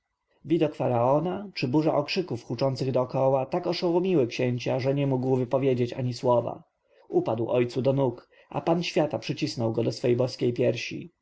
faraona czy burza okrzyków huczących dokoła tak oszołomiły księcia że nie mógł wypowiedzieć ani słowa upadł ojcu do nóg a pan świata przycisnął go do swej boskiej piersi